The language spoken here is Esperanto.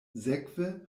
sekve